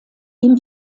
ihm